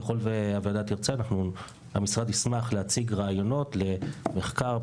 ככל שהוועדה תרצה המשרד ישמח להציג רעיונות למחקר,